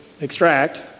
extract